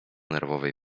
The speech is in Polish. nerwowej